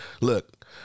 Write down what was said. Look